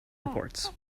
reports